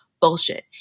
bullshit